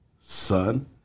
son